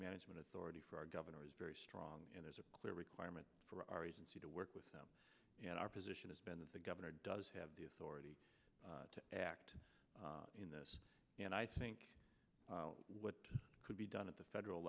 management authority for our governor is very strong and there's a clear requirement for our agency to work with them and our position has been that the governor does have the authority to act in this and i think what could be done at the federal